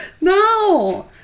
No